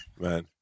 Man